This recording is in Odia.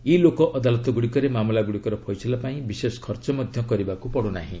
ଇ ଲୋକଅଦାଲତ ଗୁଡ଼ିକରେ ମାମଲା ଗୁଡ଼ିକର ଫଇସଲା ପାଇଁ ବିଶେଷ ଖର୍ଚ୍ଚ ମଧ୍ୟ କରିବାକୁ ପଡୁନାହିଁ